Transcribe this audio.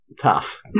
tough